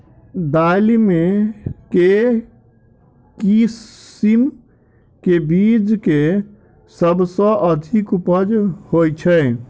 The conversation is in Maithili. दालि मे केँ किसिम केँ बीज केँ सबसँ अधिक उपज होए छै?